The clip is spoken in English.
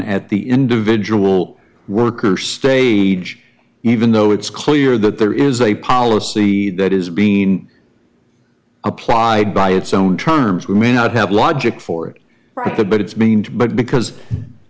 at the individual worker stage even though it's clear that there is a policy that is being applied by its own terms we may not have logic for the but it's made but because i